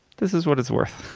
this is what it's worth.